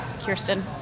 kirsten